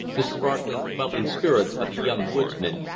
the sparkling, bubbling spirits of the young woodsman,